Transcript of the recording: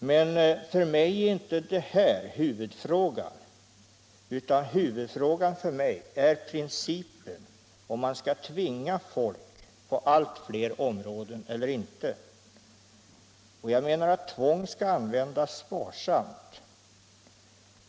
Men för mig är inte det här huvudfrågan, utan det är principen om man skall utsätta människorna för tvång på allt fler områden eller inte. Jag menar att tvång skall användas sparsamt.